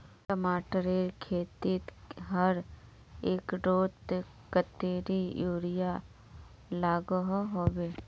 टमाटरेर खेतीत हर एकड़ोत कतेरी यूरिया लागोहो होबे?